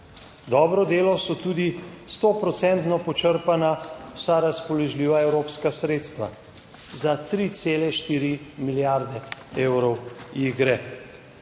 Dobro delo so tudi sto procentno počrpana vsa razpoložljiva evropska sredstva, za 3,4 milijarde evrov jih gre.